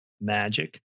Magic